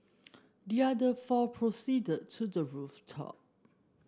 the other four proceeded to the rooftop